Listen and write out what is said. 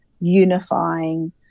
unifying